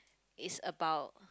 is about